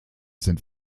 sind